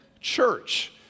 church